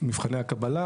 ומבחני הקבלה.